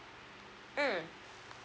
mm